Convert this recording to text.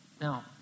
now